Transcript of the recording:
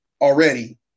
already